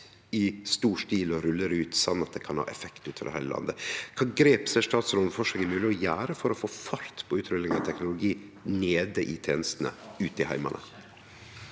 i stor stil, å rulle det ut sånn at det kan ha effekt utover heile landet. Kva grep ser statsråden for seg at det er mogleg å gjere for å få fart på utrullinga av teknologi nede i tenestene, ute i heimane?